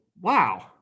wow